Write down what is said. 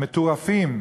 המטורפים,